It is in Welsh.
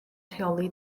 rheoli